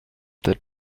that